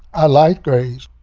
i like grace,